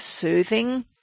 soothing